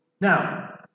Now